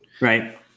Right